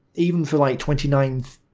even for like twenty ninth,